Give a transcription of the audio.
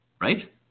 Right